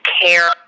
care